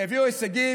שיביאו הישגים,